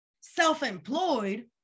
self-employed